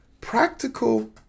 Practical